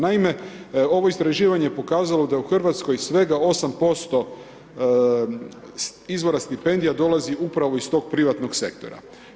Naime, ovo istraživanje je pokazalo da u Hrvatskoj svega 8% izvora stipendija dolazi upravo iz tog privatnog sektora.